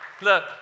Look